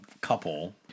couple